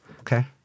Okay